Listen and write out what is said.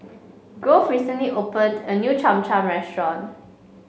Grove recently opened a new Cham Cham Restaurant